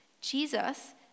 Jesus